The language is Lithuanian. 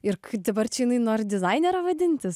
ir dabar čia jinai nori dizainere vadintis